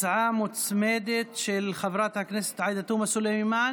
הצעה מוצמדת של חברת הכנסת עאידה תומא סלימאן,